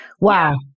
Wow